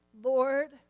Lord